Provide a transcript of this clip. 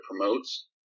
promotes